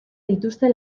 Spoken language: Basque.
dituzte